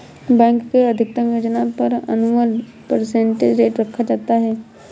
bank के अधिकतम योजना पर एनुअल परसेंटेज रेट रखा जाता है